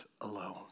alone